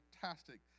fantastic